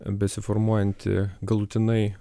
besiformuojantį galutinai